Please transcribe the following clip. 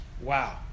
Wow